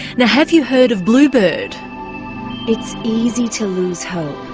now, have you heard of bluebird it's easy to lose hope.